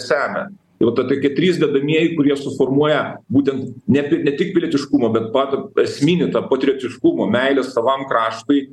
semia nu tai tokie trys dedamieji kurie suformuoja būtent ne pik ne tik pilietiškumą bet patį esminį tą patriotiškumą meilę savam kraštui